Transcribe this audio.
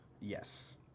Yes